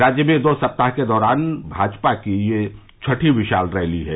राज्य में दो सप्ताह के दौरान भाजपा की यह छठी विशाल रैली है